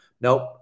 Nope